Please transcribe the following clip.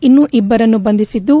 ಇನ್ನು ಇಬ್ಲರನ್ನು ಬಂಧಿಸಿದ್ದು